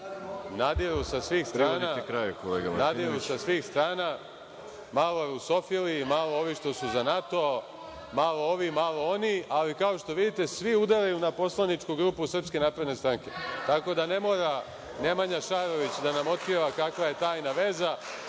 nadiru sa svih strana, malo rusofili, malo ovih što su za NATO, malo ovi, malo oni, ali, kao što vidite, svi udaraju na poslaničku grupu SNS. Tako da ne mora Nemanja Šarović da nam otkriva kakva je tajna veza.